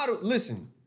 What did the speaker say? Listen